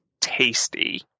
tasty